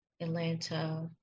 Atlanta